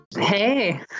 Hey